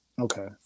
Okay